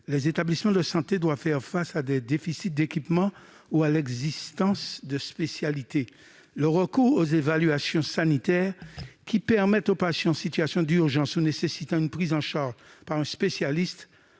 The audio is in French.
les établissements de santé doivent faire face à des déficits d'équipement ou à l'inexistence de spécialités. Le recours aux évacuations sanitaires, qui permettent aux patients en situation d'urgence ou nécessitant une prise en charge par un spécialiste